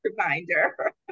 reminder